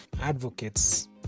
advocates